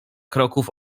kroków